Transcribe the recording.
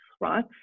right